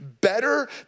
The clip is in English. better